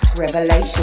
Revelation